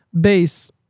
Base